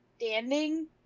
standing